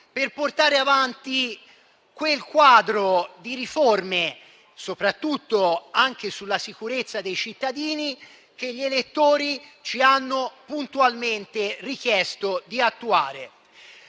per portare avanti quel quadro di riforme, soprattutto relative alla sicurezza dei cittadini, che gli elettori ci hanno puntualmente richiesto di attuare.